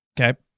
Okay